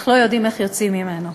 אך לא איך יוצאים ממנו.